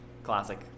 Classic